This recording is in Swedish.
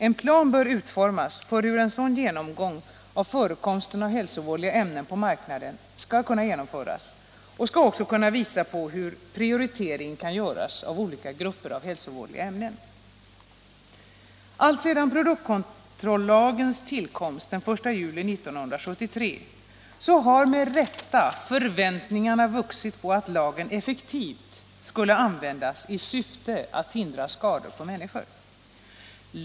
En plan bör utformas för hur en sådan genomgång av förekomsten av hälsovådliga ämnen på marknaden kan genomföras och även visa på hur prioriteringen härvid kan göras av olika grupper av hälsovådliga ämnen. Alltsedan produktkontrollagens tillkomst den 1 juli 1973 har, med rätta, förväntningarna vuxit på att lagen effektivt skulle användas i syfte att hindra skador på människor.